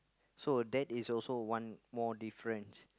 so that is also one more difference